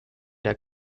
der